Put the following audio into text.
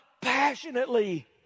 passionately